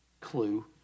Clue